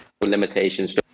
Limitations